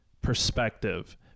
perspective